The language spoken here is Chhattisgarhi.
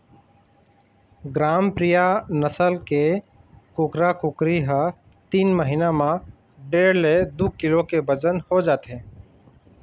ग्रामप्रिया नसल के कुकरा कुकरी ह तीन महिना म डेढ़ ले दू किलो के बजन हो जाथे